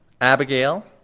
Abigail